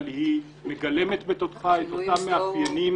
אבל היא מגלמת בתוכה את אותם מאפיינים